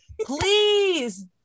please